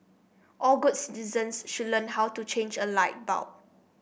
all good citizens should learn how to change a light bulb